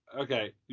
Okay